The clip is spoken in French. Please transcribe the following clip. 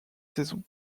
saison